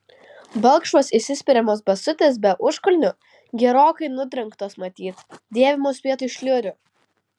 balkšvos įsispiriamos basutės be užkulnių gerokai nudrengtos matyt dėvimos vietoj šliurių